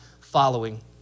following